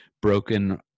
broken